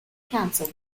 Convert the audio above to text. council